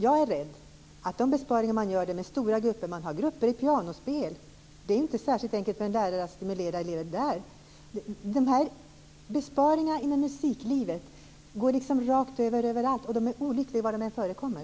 Jag är rädd för att de besparingarna inom musiklivet - t.ex. stora grupper i pianospel, vilket inte gör det särskilt lätt för läraren att stimulera eleverna - går rakt igenom överallt, och de är olyckliga var de än förekommer.